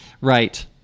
Right